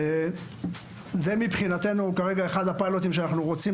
זה מבחינתנו אחד הפיילוטים שאנחנו רוצים